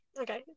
Okay